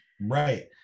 Right